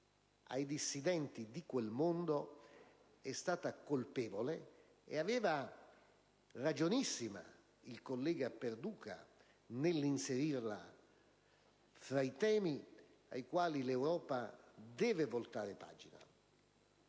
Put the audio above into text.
ai dissidenti di quel mondo è stata colpevole, e aveva tutte le ragioni il collega Perduca nell'inserirla tra le questioni sulle quali l'Europa deve voltare pagina.